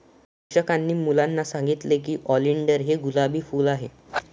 शिक्षकांनी मुलांना सांगितले की ऑलिंडर हे गुलाबी फूल आहे